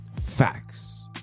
Facts